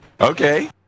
Okay